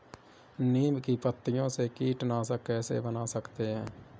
नीम की पत्तियों से कीटनाशक कैसे बना सकते हैं?